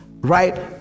right